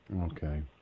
Okay